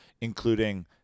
including